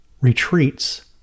retreats